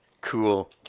cool